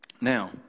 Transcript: Now